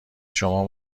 شما